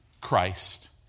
Christ